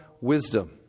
wisdom